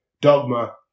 dogma